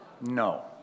No